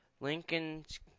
Lincoln's